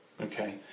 Okay